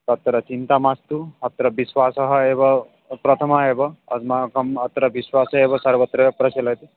तत्र चिन्ता मास्तु अत्र विश्वासः एव प्रथम एव अस्माकम् अत्र विश्वासे एव सर्वत्र प्रचलति